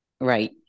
Right